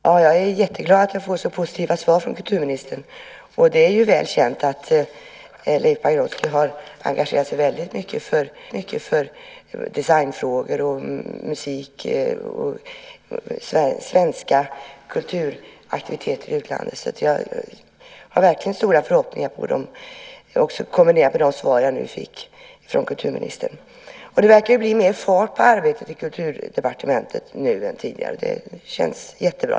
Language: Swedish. Herr talman! Jag är jätteglad för att få så positiva svar från kulturministern. Det är väl känt att Leif Pagrotsky har engagerat sig väldigt mycket för designfrågor, musik och svenska kulturaktiviteter i utlandet. Jag har verkligen stora förhoppningar också på grund av det svar jag nu fick från kulturministern. Det verkar bli mer fart på arbetet på Kulturdepartementet än tidigare, och det känns jättebra.